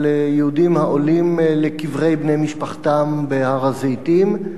יהודים העולים לקברי בני משפחתם בהר-הזיתים,